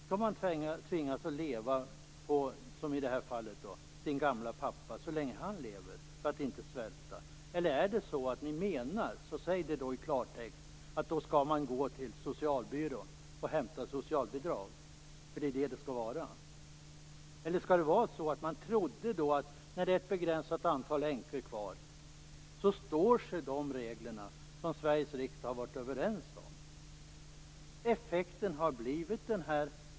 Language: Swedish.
Skall man tvingas att leva, som i det här fallet, på sin gamla pappa så länge han lever för att inte svälta, eller är det så att ni menar - och då skall ni säga det i klartext - att hon skall gå till socialbyrån och hämta socialbidrag? När det är ett begränsat antal änkor kvar trodde man att de regler står sig som Sveriges riksdag har varit överens om. Effekten har blivit den här.